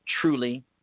truly